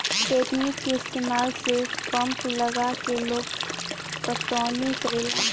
तकनीक के इस्तमाल से पंप लगा के लोग पटौनी करेला